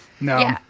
No